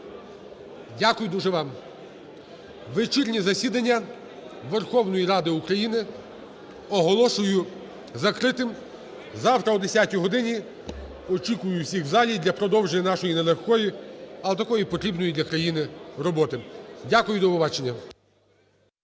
Дякую дуже вам. Вечірнє засідання Верховної Ради України оголошую закритим. Завтра о 10 годині очікую всіх у залі для продовження нашої не легкої, але такої потрібної для країни роботи. Дякую і до побачення.